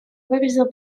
выразил